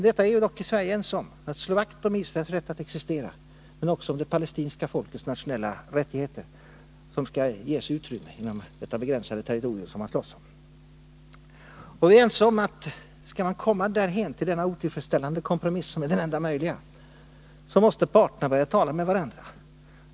Vi är dock i Sverige ense om att slå vakt om Israels rätt att existera liksom om det palestinska folkets nationella rättigheter, som skall ges utrymme inom det begränsade territorium som man slåss om. Skall man kunna komma fram till denna otillfredsställande kompromiss, som är det enda möjliga, måste parterna börja tala med varandra.